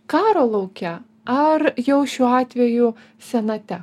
karo lauke ar jau šiuo atveju senate